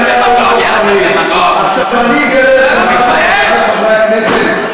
חבר הכנסת חזן,